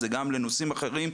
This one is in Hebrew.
זה גם לנושאים אחרים,